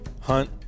hunt